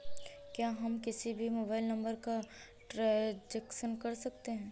क्या हम किसी भी मोबाइल नंबर का ट्रांजेक्शन कर सकते हैं?